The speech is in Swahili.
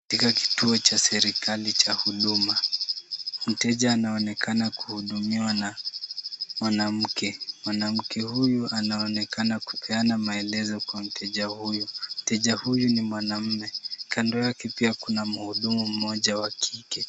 Katika kituo cha serikali cha huduma, mteja anaonekana kuhudumiwa na mwanamke. Mwanamke huyu anaonekana kupeana maelezo kwa mteja huyu. Mteja huyu ni mwanaume kando yake pia kuna mhudumu mmoja wa kike.